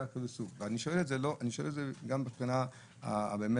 אני שואל את זה גם מבחינה מקצועית.